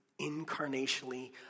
incarnationally